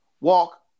Walk